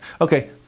Okay